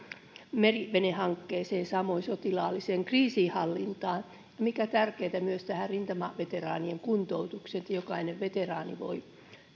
merivenehankkeeseen samoin sotilaalliseen kriisinhallintaan ja mikä tärkeintä myös tähän rintamaveteraanien kuntoutukseen että jokainen veteraani voi